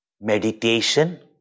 meditation